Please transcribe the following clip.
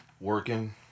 Working